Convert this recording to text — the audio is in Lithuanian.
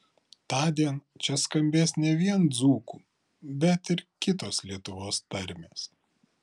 tądien čia skambės ne vien dzūkų bet ir kitos lietuvos tarmės